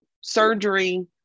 surgery